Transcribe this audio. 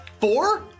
Four